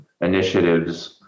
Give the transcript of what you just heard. initiatives